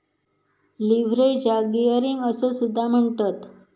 लीव्हरेजाक गियरिंग असो सुद्धा म्हणतत